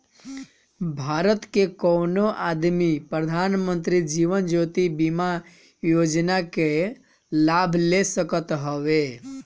भारत के कवनो आदमी प्रधानमंत्री जीवन ज्योति बीमा योजना कअ लाभ ले सकत हवे